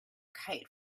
kite